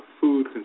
food